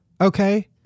Okay